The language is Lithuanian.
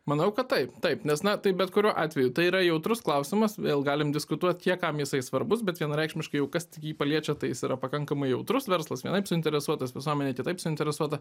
manau kad taip taip nes na tai bet kuriuo atveju tai yra jautrus klausimas vėl galim diskutuot kam jisai svarbus bet vienareikšmiškai jau kas tik jį paliečia tai jis yra pakankamai jautrus verslas vienaip suinteresuotas visuomenė kitaip suinteresuota